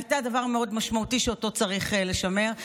היה דבר מאוד משמעותי שאותו צריך לשמר.